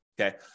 okay